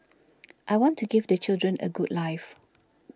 I want to give the children a good life